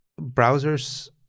browsers